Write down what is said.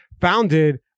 founded